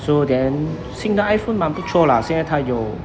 so then 新的 iphone 蛮不错 lah 现在它有